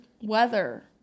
weather